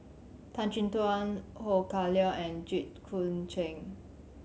Tan Chin Tuan Ho Kah Leong and Jit Koon Ch'ng